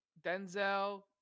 Denzel